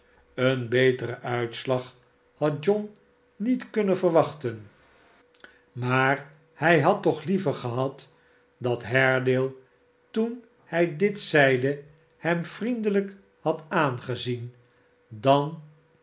een beteren uitslag had john niet kunnen verwachten maar hij had toch liever gehad dat haredale toen hij dit zeide hemvriendelijk had aangezien dan